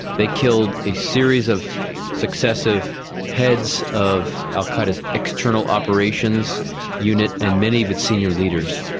they killed a series of successive heads of al qaeda's external operations unit and many of its senior leaders.